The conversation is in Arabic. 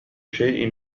شيء